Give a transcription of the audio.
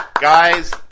Guys